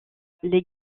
les